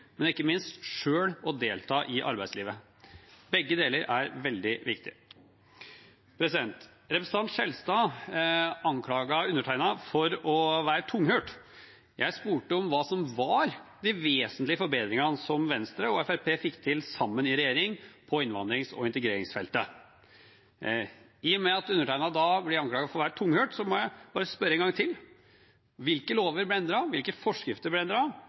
ikke minst at de selv kan delta i arbeidslivet. Begge deler er veldig viktig. Representanten Skjelstad anklaget meg for å være tunghørt. Jeg spurte om hvilke vesentlige forbedringer Venstre og Fremskrittspartiet fikk til – sammen i regjering – på innvandrings- og integreringsfeltet. I og med at jeg ble anklaget for å være tunghørt, må jeg bare spørre en gang til: Hvilke lover ble endret, hvilke forskrifter ble